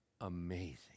amazing